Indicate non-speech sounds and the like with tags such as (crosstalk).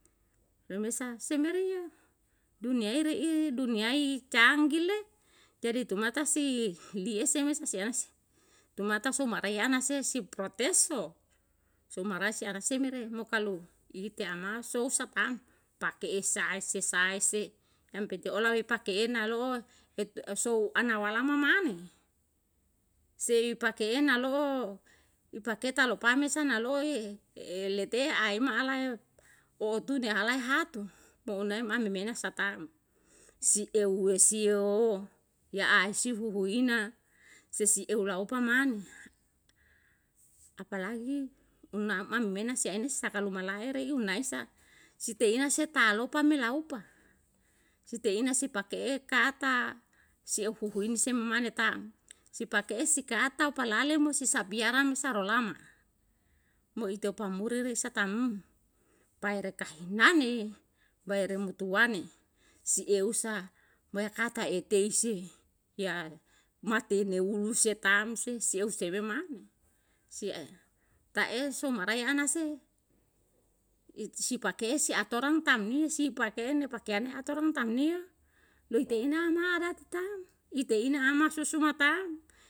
Remesa semerio dunia e re'i dunia i canggi le jadi tumata si li ese (unintelligible) lumata so marai ana se siprotes o soma rasia rasia mere mo kalu ite ama so usa tam pake'e sa e se sa e se yang pete ola we pake ena lo'o (unintelligible) sou ana walama mane sei pake ena lo'o i paketa lo pamesa na loi e lete ai ma alae ootune halae hatu mo unae ma memena sa taa'm si eu we sio ya a sihuhu ina sesi eu la opa mane apalagi una manu mena sia ene sa kalu mala ere iu na esa site ina se ta'a lopa me lau pa site ina si pake'e ka ata si eu fufu im se ma mane taa'm sipake'e si ka ata upa lale mo sisa biaran sa rolama mo ite opa muri ri se taa'm paere kahina ne paere mutuane si eu sa mo ya kata etei se ya mati ne ulu se taa'm se si eu si e me mane si e tae so marae ana se iti si pake'e si atoran tam ni si pake'e ne pakean ne atoran tam ni a loi ite ina ama rata taa'm ite ina ama su su ma taam